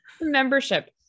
Membership